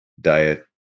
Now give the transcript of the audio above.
diet